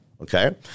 okay